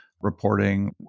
reporting